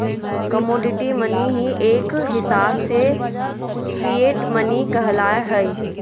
commodity money ही एक हिसाब से फिएट मनी कहला हय